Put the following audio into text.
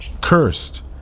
Cursed